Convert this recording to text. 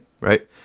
right